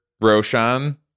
Roshan